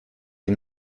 sie